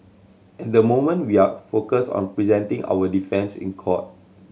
and the moment we are focused on presenting our defence in court